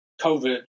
COVID